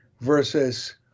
Versus